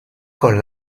con